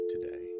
today